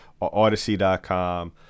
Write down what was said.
odyssey.com